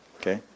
okay